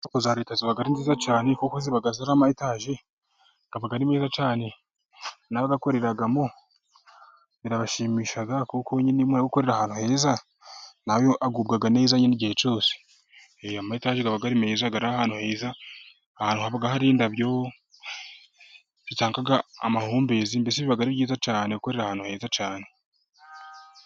Inyubako za leta ziba ari nziza cyane, kuko ziba ziriho amayetaje aba ari meza cyane, nabayakoreramo birabashimisha kuko nyine iyo umuntu ari gukorera ahantu heza, na we agubwa neza nyine igihe cyose, amayetaje aba ari meza ari ahantu heza, ahantu haba hari indabyo zitanga amahumbezi, mbese biba ari byiza cyane gukorera ahantu heza cyane.